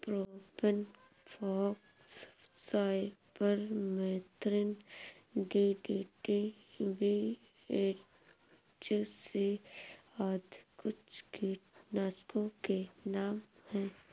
propane fox, cypermethrin, DDT, BHC आदि कुछ कीटनाशकों के नाम हैं